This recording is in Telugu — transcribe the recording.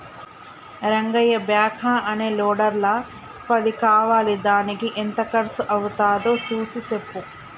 రంగయ్య బ్యాక్ హా అనే లోడర్ల పది కావాలిదానికి ఎంత కర్సు అవ్వుతాదో సూసి సెప్పు